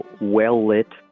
well-lit